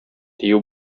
дию